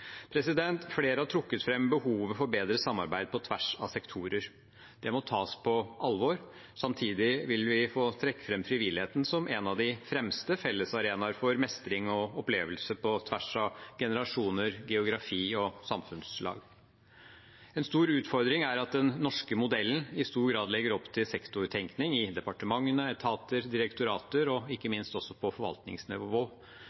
Flere har trukket fram behovet for bedre samarbeid på tvers av sektorer. Det må tas på alvor. Samtidig vil vi få trekke fram frivilligheten som en av de fremste fellesarenaer for mestring og opplevelser på tvers av generasjoner, geografi og samfunnslag. En stor utfordring er at den norske modellen i stor grad legger opp til sektortenkning i departementene, etater, direktorater og ikke